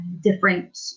different